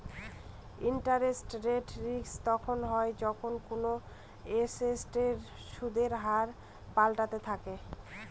interest rate risk তখন হয় যখন কোনো এসেটের সুদের হার পাল্টাতে থাকে